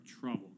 trouble